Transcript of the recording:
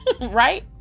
Right